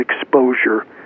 exposure